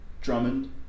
Drummond